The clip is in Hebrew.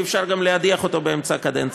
גם אי-אפשר להדיח אותו באמצע הקדנציה.